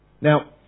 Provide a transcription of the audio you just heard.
Now